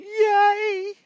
Yay